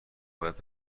باید